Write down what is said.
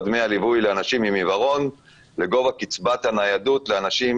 דמי הליווי לאנשים עם עיוורון לגובה קצבת הניידות לאנשים